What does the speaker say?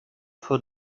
for